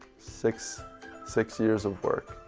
six six years of work